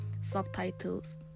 subtitles